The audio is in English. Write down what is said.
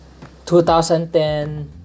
2010